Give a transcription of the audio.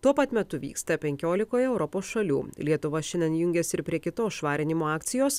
tuo pat metu vyksta penkiolikoje europos šalių lietuva šiandien jungiasi ir prie kitos švarinimo akcijos